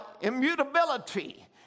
immutability